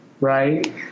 right